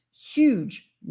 huge